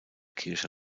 kirche